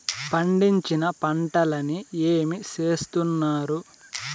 పండించిన పంటలని ఏమి చేస్తున్నారు?